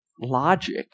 logic